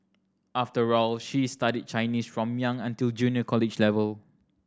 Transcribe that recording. after all she is studied Chinese from young until junior college level